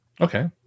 Okay